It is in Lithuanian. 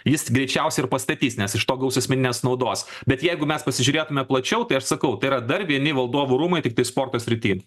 jis greičiausiai ir pastatys nes iš to gaus asmeninės naudos bet jeigu mes pasižiūrėtume plačiau tai aš sakau tai yra dar vieni valdovų rūmai tiktai sporto srity